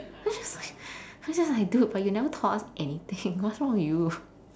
yeah that's why I was just like dude but you never taught us anything what's wrong with you